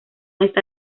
está